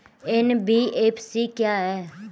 NBFC क्या है?